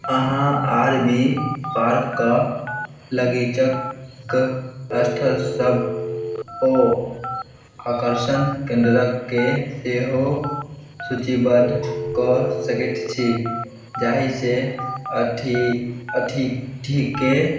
अहाँ R B पार्कके लगीचके अस्थलसब ओ आकर्षण केन्द्रकेँ सेहो सूचीबद्ध कऽ सकै छी जाहिसे अथी अतिथिके